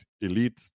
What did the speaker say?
elite